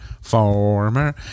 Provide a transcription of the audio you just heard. former